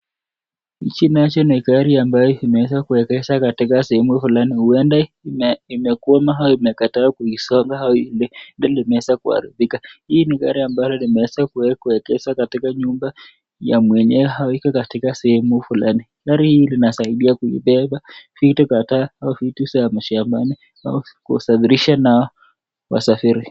Hiki nacho ni gari ambayo imeweza kuengeshwa katika sehemu fulani, huenda imekwama au imekakataa kuisonga au gari imeweza kuaribika. Hii ni gari ambayo imeweza kuengeshwa katika nyumba ya mwenyewe au iko katika sehemu fulani . Gari hii inasaidia kubeba vitu kadhaa au vitu vya mashambani au kusafirisha nao wasafiri.